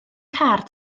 car